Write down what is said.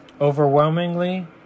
overwhelmingly